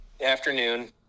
afternoon